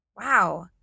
wow